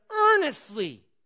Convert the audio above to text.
earnestly